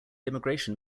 immigration